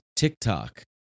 TikTok